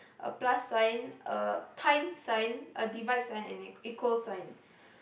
a plus sign a times sign a divide sign and an equal sign